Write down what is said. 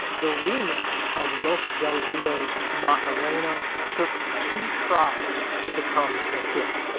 the remix of los del rio's macarena took two tries to become a hit,